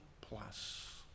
plus